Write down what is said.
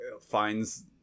finds